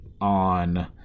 on